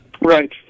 Right